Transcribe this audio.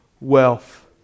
wealth